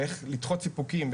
ואיך לדחות סיפוקים,